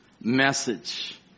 message